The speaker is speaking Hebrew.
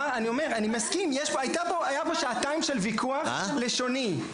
אני מסכים, היו פה שעתיים של ויכוח לשוני.